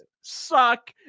suck